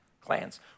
clans